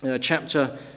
chapter